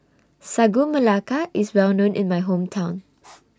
Sagu Melaka IS Well known in My Hometown